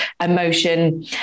emotion